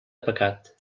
pecat